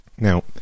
Now